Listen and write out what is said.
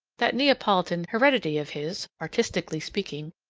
that neapolitan heredity of his, artistically speaking,